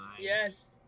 Yes